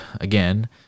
again